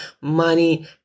money